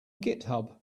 github